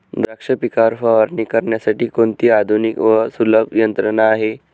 द्राक्ष पिकावर फवारणी करण्यासाठी कोणती आधुनिक व सुलभ यंत्रणा आहे?